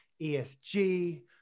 ESG